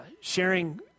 sharing